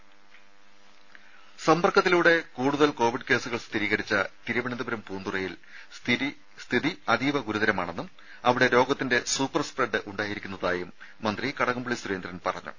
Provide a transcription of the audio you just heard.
രുദ സമ്പർക്കത്തിലൂടെ കൂടുതൽ കോവിഡ് കേസുകൾ സ്ഥിരീകരിച്ച തിരുവനന്തപുരം പൂന്തുറയിൽ സ്ഥിതി അതീവ ഗുരുതരമാണെന്നും അവിടെ രോഗത്തിന്റെ സൂപ്പർ സ്പ്രെഡ് ഉണ്ടായിരിക്കുന്നതായും മന്ത്രി കടകംപള്ളി സുരേന്ദ്രൻ പറഞ്ഞു